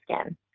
skin